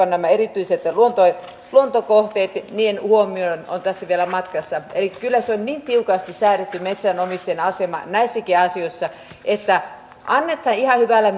nämä erityiset luontokohteet niiden huomioiminen on tässä vielä matkassa kyllä on niin tiukasti säädelty metsänomistajien asema näissäkin asioissa että annetaan ihan hyvällä